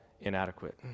inadequate